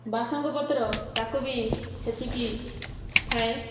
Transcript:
ବାସଙ୍ଗପତ୍ର ତାକୁ ବି ଛେଚିକି ଖାଏ